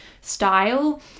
style